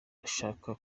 ashaka